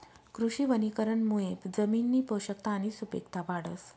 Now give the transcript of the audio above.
कृषी वनीकरणमुये जमिननी पोषकता आणि सुपिकता वाढस